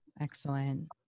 Excellent